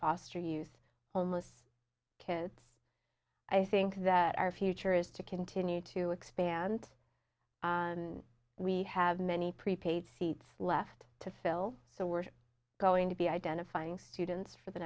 foster youth homeless kids i think that our future is to continue to expand and we have many prepaid seats left to fill so we're going to be identifying students for the